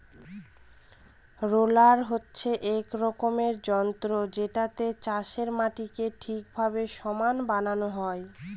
roller হচ্ছে এক রকমের যন্ত্র যেটাতে চাষের মাটিকে ঠিকভাবে সমান বানানো হয়